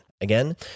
Again